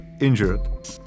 injured